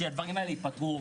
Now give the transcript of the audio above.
שהדברים האלה יפתרו?